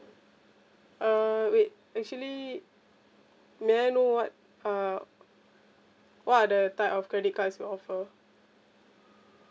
uh wait actually may I know what uh what are the type of credit cards you offer